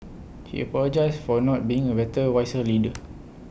he apologised for not being A better wiser leader